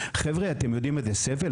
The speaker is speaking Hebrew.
חבר'ה, אתם יודעים איזה סבל?